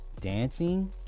dancing